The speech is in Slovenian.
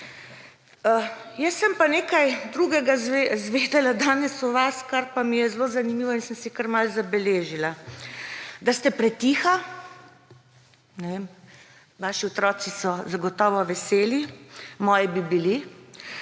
Jaz sem pa nekaj drugega izvedela danes o vas, kar mi je zelo zanimivo in sem si kar malo zabeležila. Da ste pretihi. Ne vem, vaši otroci so zagotovo veseli, moji bi bili.